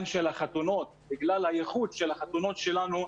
בגלל הייחוד של החתונות שלנו,